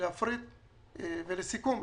ולסיכום,